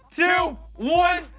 two, one.